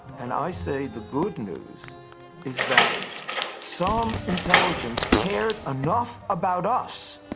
and i say, the good news is that some intelligence cared enough about us,